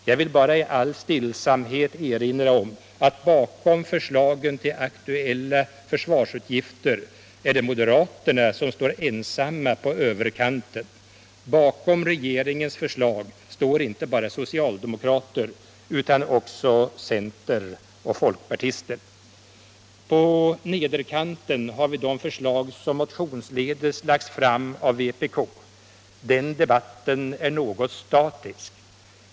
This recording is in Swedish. Jag vill bara i all stillsamhet erinra om att i fråga om förslagen till aktuella försvarsutgifter är det moderaterna som står ensamma på överkanten. Bakom regeringens förslag står inte bara socialdemokrater utan också centeroch folkpartister. På nederkanten har vi de förslag som motionsledes lagts fram av vpk.